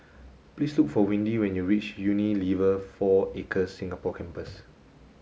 please look for Windy when you reach Unilever Four Acres Singapore Campus